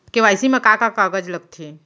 KYC मा का का कागज लगथे?